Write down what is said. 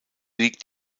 liegt